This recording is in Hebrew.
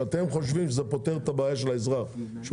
שאתם חושבים שזה פותר את הבעיה של האזרח שהוא